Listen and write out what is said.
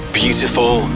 beautiful